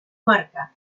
marca